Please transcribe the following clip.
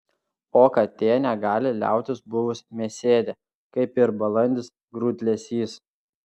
o katė negali liautis buvus mėsėdė kaip ir balandis grūdlesys